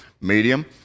Medium